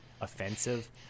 offensive